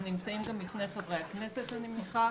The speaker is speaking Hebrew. הם נמצאים בפני חברי כנסת, אני מניחה.